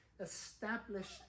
established